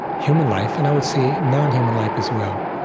human life and, i would say, non-human life as well.